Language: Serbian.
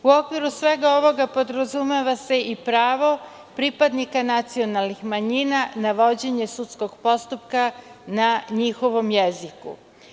U okviru svega ovoga podrazumeva se i pravo pripadnika nacionalnih manjina na vođenje sudskog postupka, na njihovom jeziku.